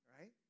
right